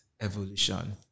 evolution